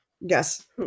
yes